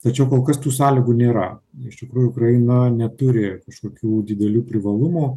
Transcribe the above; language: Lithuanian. tačiau kol kas tų sąlygų nėra iš tikrųjų ukraina neturi kažkokių didelių privalumų